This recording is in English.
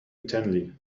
intently